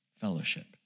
fellowship